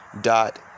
dot